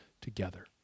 together